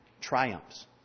triumphs